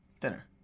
Dinner